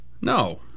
No